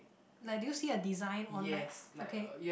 like do you see the design on like okay